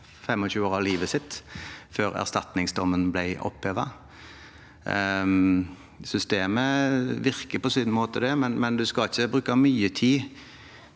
25 år av livet sitt før erstatningsdommen ble opphevet. Systemet virker på sin måte, men man skal ikke bruke mye tid